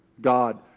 God